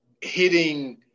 hitting